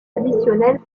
additionnels